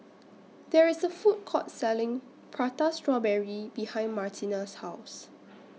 There IS A Food Court Selling Prata Strawberry behind Martina's House